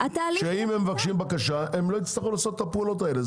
שאם הם מבקשים בקשה הם לא יצטרכו לעשות את הפעולות האלה.